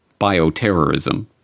Bioterrorism